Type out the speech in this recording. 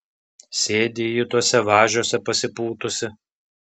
sėdi ji tuose važiuose pasipūtusi